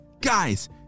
Guys